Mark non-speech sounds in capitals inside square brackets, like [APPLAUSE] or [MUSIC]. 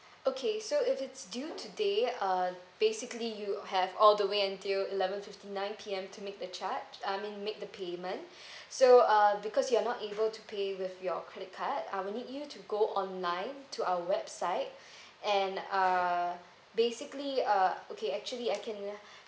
okay so if it's due today uh basically you have all the way until eleven fifty nine P_M to make the charge I mean make the payment [BREATH] so uh because you're not able to pay with your credit card I will need you to go online to our website [BREATH] and uh basically uh okay actually I can [BREATH]